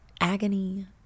agony